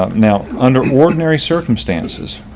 um now under ordinary circumstances,